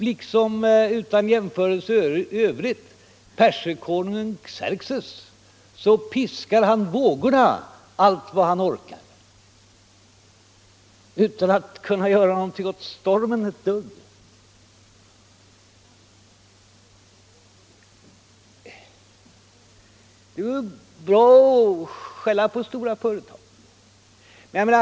Liksom — utan jämförelse i övrigt — perserkonungen Xerxes piskar han vågorna allt vad han orkar, utan att kunna göra ett dugg åt stormen. Det går bra att skälla på stora företag.